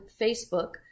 Facebook